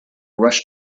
rush